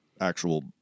actual